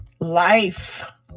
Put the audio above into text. life